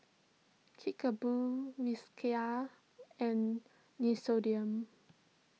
Kickapoo Whiskas and Nixoderm